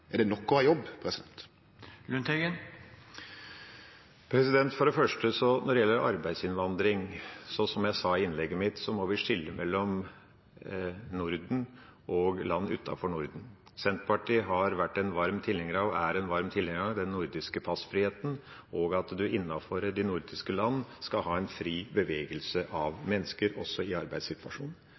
Er det nok å ha jobb? Når det gjelder arbeidsinnvandring, må vi, som jeg sa i innlegget mitt, skille mellom Norden og land utenfor Norden. Senterpartiet har vært en varm tilhenger av – og er en varm tilhenger av – den nordiske passfriheten og det at en innenfor de nordiske land skal ha fri bevegelse av mennesker også i